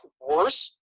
worse